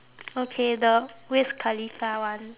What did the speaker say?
okay the wiz khalifa one